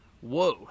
Whoa